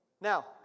Now